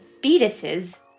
fetuses